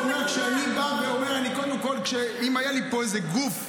ולכן אני בא ואומר, אם היה לי פה איזה גוף,